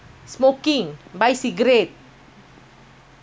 don't say you don't smoke ah I caught you few times already cigarette